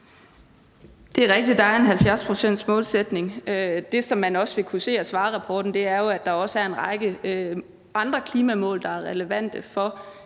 er en målsætning om en 70-procentsreduktion. Det, som man også vil kunne se af Svarerrapporten, er jo, at der også er en række andre klimamål, der er relevante for